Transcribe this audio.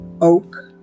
oak